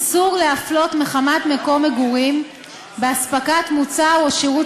איסור להפלות מחמת מקום מגורים באספקת מוצר או שירות